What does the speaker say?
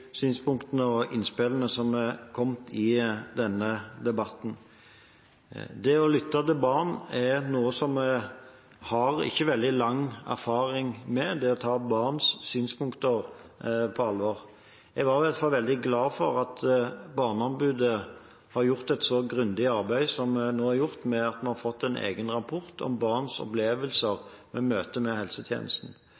lytte til barn er noe som vi ikke har veldig lang erfaring med – det å ta barns synspunkter på alvor. Jeg er i hvert fall veldig glad for at Barneombudet har gjort et så grundig arbeid som de nå har gjort, ved at vi har fått en egen rapport om barns opplevelser